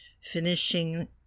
finishing